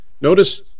Notice